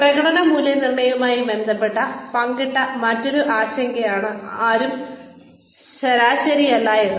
പ്രകടന മൂല്യനിർണ്ണയവുമായി ബന്ധപ്പെട്ട് പങ്കിട്ട മറ്റൊരു ആശങ്കയാണ് ആരും ശരാശരിയല്ലയെന്നത്